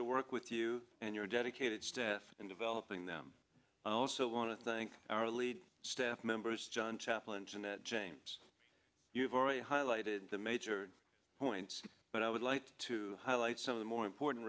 to work with you and your dedicated staff in developing them i also want to thank our lead staff members john chaplain's and james you've already highlighted the major points but i would like to highlight some of the more important